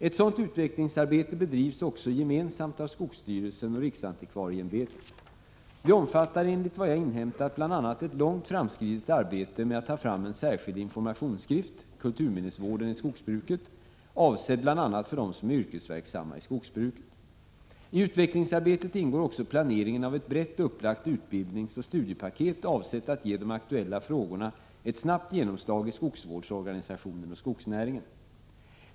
Ett sådant utvecklingsarbete bedrivs också gemensamt av skogsstyrelsen och riksantikvarieämbetet. Det omfattar enligt vad jag inhämtat bl.a. ett långt framskridet arbete med att ta fram en särskild informationsskrift — Kulturminnesvården i skogsbruket — avsedd bl.a. för dem som är yrkesverksamma i skogsbruket. I utvecklingsarbetet ingår också planeringen av ett brett upplagt utbildningsoch studiepaket avsett att ge de aktuella frågorna ett snabbt genomslag i skogsvårdsorganisationen och skogsnäringen.